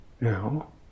now